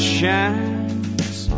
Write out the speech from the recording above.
shines